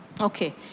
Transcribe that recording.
Okay